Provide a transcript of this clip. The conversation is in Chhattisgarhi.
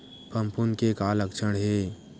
फफूंद के का लक्षण हे?